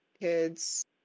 kids